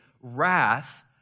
wrath